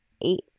eight